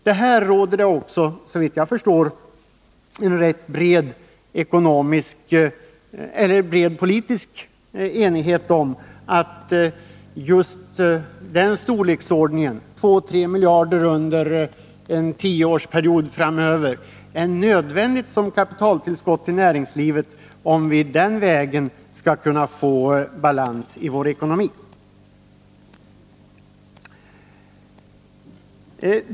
Det råder också, såvitt jag förstår, en rätt bred politisk enighet om att belopp i just storleksordningen 2-3 miljarder under en tioårsperiod framöver är nödvändigt som kapitaltillskott i näringslivet, om vi den vägen skall kunna få balans i vår ekonomi.